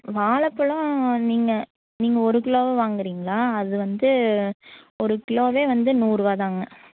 வாழைப்பழம் நீங்கள் நீங்கள் ஒரு கிலோவாக வாங்கிறீங்களா அது வந்து ஒரு கிலோவே வந்து நூறுருவா தாங்க